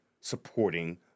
supporting